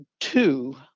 two